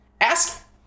Ask